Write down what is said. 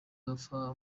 bapfa